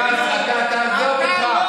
החרדים, בש"ס, תעזוב אותך.